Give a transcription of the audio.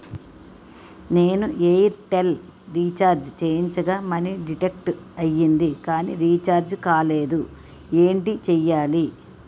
నేను Airtel recharge చేయించగా money deduct అయ్యింది కానీ రీఛార్జ్ కాలేదు ఏంటి చేయాలి?